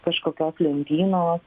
kažkokios lentynos